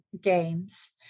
games